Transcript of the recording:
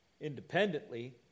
independently